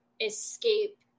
escape